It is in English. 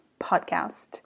podcast